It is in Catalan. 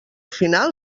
final